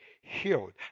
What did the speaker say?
healed